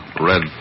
Red